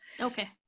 Okay